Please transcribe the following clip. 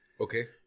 Okay